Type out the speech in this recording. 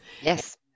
Yes